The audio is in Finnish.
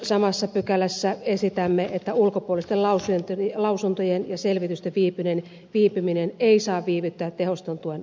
samassa pykälässä esitämme myös että ulkopuolisten lausuntojen ja selvitysten viipyminen ei saa viivyttää tehostetun tuen antamista